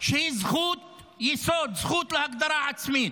שהיא זכות יסוד, בזכות להגדרה עצמית.